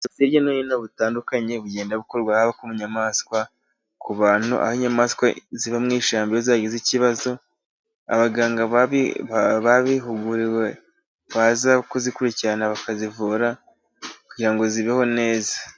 Ubushakashatsi hirya no hino butandukanye bugenda bukorwa' nyayamaswa ku bantu, aho inyamaswa ziba mu ishambi zagize ikibazo abaganga babihuguriwe baza kuzikurikirana, bakazivura kugira ngo zibeho neza.